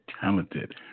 talented